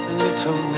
little